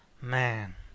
Man